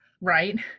right